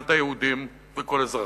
במדינת היהודים וכל אזרחיה.